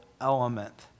element